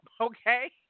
okay